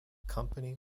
company